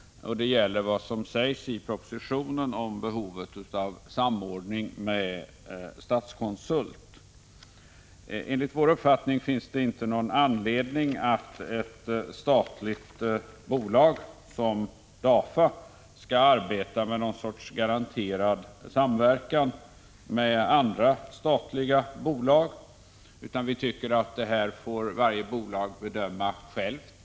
Det gäller vad som sägs i propositionen om behovet av samordning med Statskonsult. Enligt vår uppfattning finns det inte någon anledning att ett statligt bolag som DAFA skall arbeta med någon sorts garanterad samverkan med andra statliga bolag, utan vi tycker att varje bolag självt får bedöma detta.